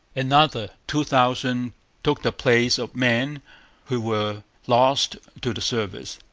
another two thousand took the place of men who were lost to the service,